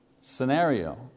scenario